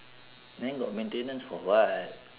then got maintenance for what